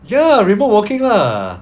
ya remote working lah